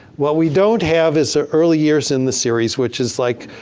what we don't have is the early years in the series which is like,